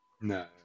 No